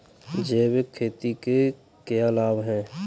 जैविक खेती के क्या लाभ हैं?